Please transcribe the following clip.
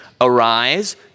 Arise